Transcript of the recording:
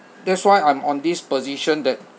that's why I'm on this position that